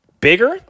bigger